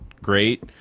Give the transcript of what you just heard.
great